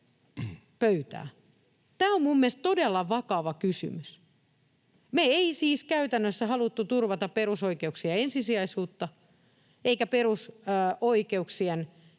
Tämä on mielestäni todella vakava kysymys. Me ei siis käytännössä haluttu turvata perusoikeuksien ensisijaisuutta eikä perusoikeuksien